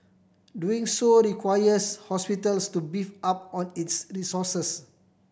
doing so requires hospitals to beef up on its resources